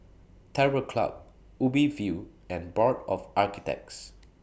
Terror Club Ubi View and Board of Architects